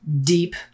deep